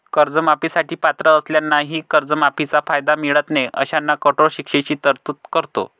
कर्जमाफी साठी पात्र असलेल्यांनाही कर्जमाफीचा कायदा मिळत नाही अशांना कठोर शिक्षेची तरतूद करतो